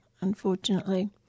unfortunately